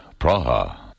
Praha